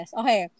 okay